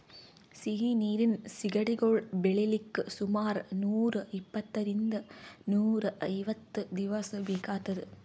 ಸಿಹಿ ನೀರಿನ್ ಸಿಗಡಿಗೊಳ್ ಬೆಳಿಲಿಕ್ಕ್ ಸುಮಾರ್ ನೂರ್ ಇಪ್ಪಂತ್ತರಿಂದ್ ನೂರ್ ಐವತ್ತ್ ದಿವಸ್ ಬೇಕಾತದ್